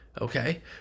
Okay